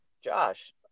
Josh